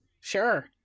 sure